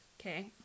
Okay